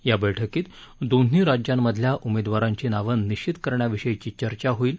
या बैठकीत दोन्ही राज्यांमधल्या उमेदवारांची नावं निश्वित करण्याविषयीची चर्चा होईल